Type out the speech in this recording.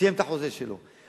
שסיים את החוזה שלו,